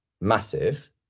massive